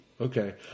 Okay